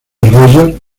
roger